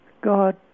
God